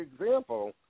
example